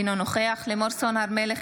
אינו נוכח לימור סון הר מלך,